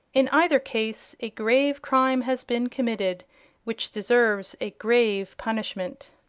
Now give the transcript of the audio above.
in either case a grave crime has been committed which deserves a grave punishment.